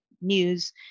news